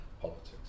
politics